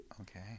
Okay